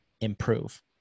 improve